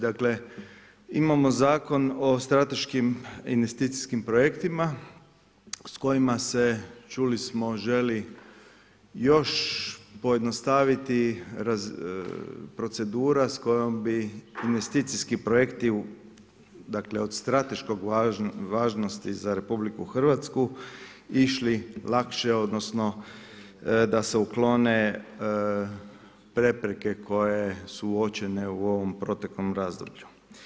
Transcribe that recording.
Dakle, imamo Zakon o strateškim investicijskim projektima, s kojima se čuli smo želi još pojednostaviti, procedura s kojom bi investicijski projekti, dakle, od strateškog važnosti za RH išli lakše odnosno, da se uklone prepreke koje su uočene u ovom proteklom razdoblju.